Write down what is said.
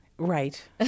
Right